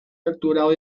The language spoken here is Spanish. capturado